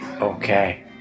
okay